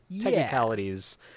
technicalities